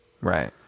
Right